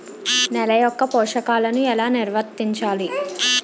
నెల యెక్క పోషకాలను ఎలా నిల్వర్తించాలి